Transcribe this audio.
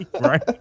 right